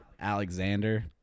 Alexander